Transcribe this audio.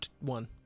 One